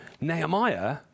Nehemiah